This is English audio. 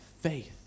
faith